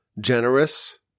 generous